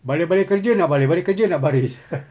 balik balik kerja nak baris balik kerja nak baris